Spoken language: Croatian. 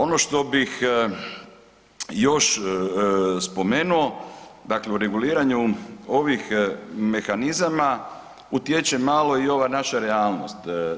Ono što bih još spomenuo, dakle u reguliranju ovih mehanizama utječe malo i ova naša realnost.